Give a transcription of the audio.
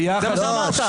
זה מה שאמרת.